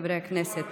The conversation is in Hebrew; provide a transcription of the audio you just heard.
חברי הכנסת